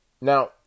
Now